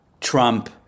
trump